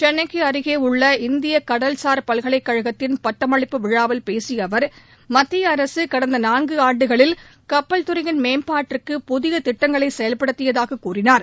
சென்னைக்கு அருகே உள்ள இந்திய கடல்சார் பல்கலைக் கழகத்தின் பட்டமளிப்பு விழாவில் பேசிய அவர் மத்திய அரசு கடந்த நான்கு ஆண்டுகளில் கப்பல் துறையின் மேம்பாட்டிற்கு புதிய திட்டங்களை செயல்படுத்தியதாக கூறினார்